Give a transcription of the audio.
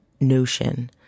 notion